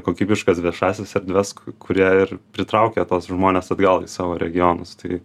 kokybiškas viešąsias erdves kuria ir pritraukia tuos žmones atgal į savo regionus tai